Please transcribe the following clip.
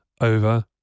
over